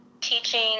teaching